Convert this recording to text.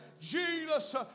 Jesus